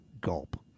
Gulp